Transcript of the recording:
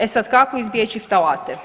E sad, kako izbjeći ftalate?